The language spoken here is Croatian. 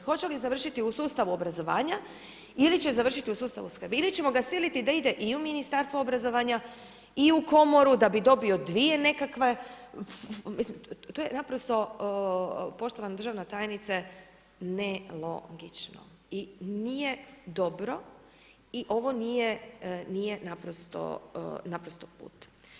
Hoće li završiti u sustavu obrazovanja ili će završiti u sustavu skrbi ili ćemo ga siliti da ide i u Ministarstvo obrazovanja i u Komoru da bi dobio 2 nekakve, mislim, to je naprosto, poštovana državna tajnice, nelogično, i nije dobro, i ovo nije naprosto put.